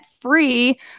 free